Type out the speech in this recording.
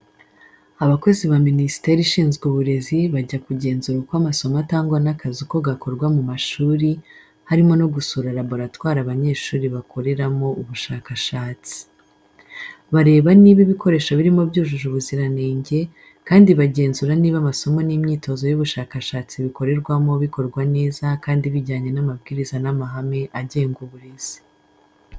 Abakozi ba Minisiteri ishinzwe Uburezi bajya kugenzura uko amasomo atangwa n'akazi uko gakorwa mu mashuri, harimo no gusura laboratwari abanyeshuri bakoreramo ubushakashatsi. Bareba niba ibikoresho birimo byujuje ubuziranenge, kandi bagenzura niba amasomo n'imyitozo y'ubushakashatsi bikorerwamo bikorwa neza kandi bijyanye n'amabwiriza n'amahame agenga uburezi.